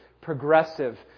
progressive